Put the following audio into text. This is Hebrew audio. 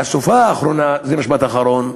והסופה האחרונה, זה משפט אחרון,